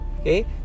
okay